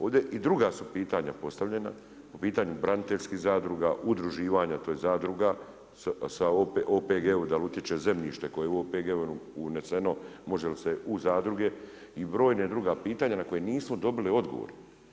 Ovdje i druga su pitanja postavljena po pitanju braniteljskih zadruga, udruživanja tj. zadruga, OPG-u da li utječe zemljište koje je u OPG uneseno može li se u zadruge i brojna druga pitanja na koja nismo dobili odgovor.